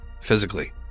physically